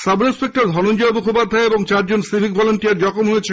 sub inspector Dhananjay Mukhopadhyay এবং চারজন civic volunteer জখম হয়েছেন